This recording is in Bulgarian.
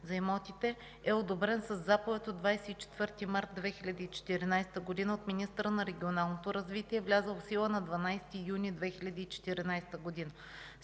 за имотите е одобрен със заповед от 24 март 2014 г. от министъра на регионалното развитие, влязъл в сила на 12 юни 2014 г.